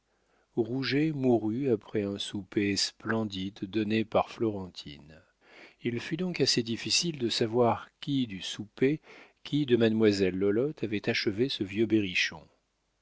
rouget mourut après un souper splendide donné par florentine il fut donc assez difficile de savoir qui du souper qui de mademoiselle lolotte avait achevé ce vieux berrichon